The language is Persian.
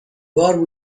بار